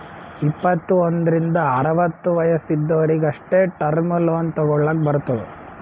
ಇಪ್ಪತ್ತು ಒಂದ್ರಿಂದ್ ಅರವತ್ತ ವಯಸ್ಸ್ ಇದ್ದೊರಿಗ್ ಅಷ್ಟೇ ಟರ್ಮ್ ಲೋನ್ ತಗೊಲ್ಲಕ್ ಬರ್ತುದ್